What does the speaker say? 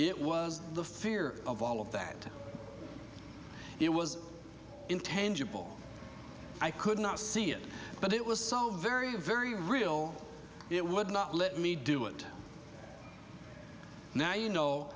it was the fear of all of that it was intended goal i could not see it but it was so very very real it would not let me do it now you know